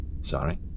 Sorry